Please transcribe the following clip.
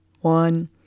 one